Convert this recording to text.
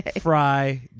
fry